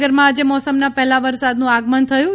જામનગરમાં આજે મોસમના પહેલા વરસાદનું આગમન થયું છે